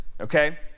okay